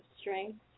strength